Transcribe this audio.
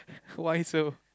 why so